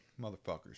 Motherfuckers